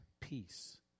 peace